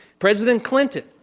president clinton,